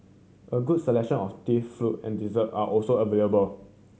a good selection of tea fruit and dessert are also available